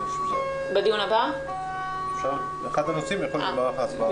אחד הנושאים בדיון הבא יכול להיות מערך ההסברה.